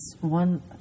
one